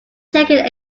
second